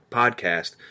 podcast